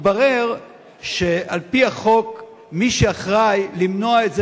התברר שעל-פי החוק מי שאחראי למנוע את זה,